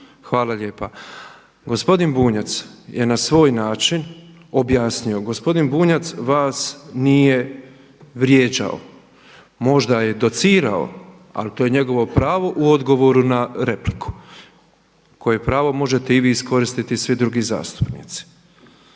Hvala lijepa. Gospodin Bunjac je na svoj način objasnio, gospodin Bunjac vas nije vrijeđao. Možda je docirao, ali to je njegovo pravo u odgovoru na repliku koje pravo možete i vi iskoristiti i svi drugi zastupnici.